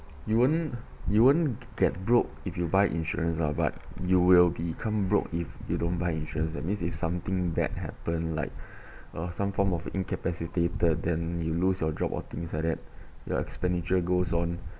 you won't you won't get broke if you buy insurance lah but you will become broke if you don't buy insurance that means if something bad happen like or some form of incapacitated than you lose your job or things like that your expenditure goes on